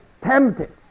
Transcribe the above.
tempted